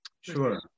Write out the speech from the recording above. Sure